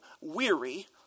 weary